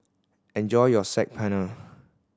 enjoy your Saag Paneer